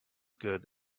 good